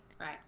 Right